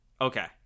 Okay